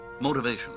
motivation